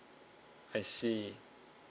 I see